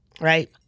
right